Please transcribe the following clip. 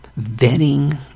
Vetting